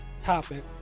topic